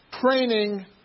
training